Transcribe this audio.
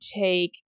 take